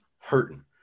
hurting